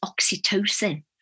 oxytocin